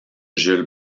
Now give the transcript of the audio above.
jules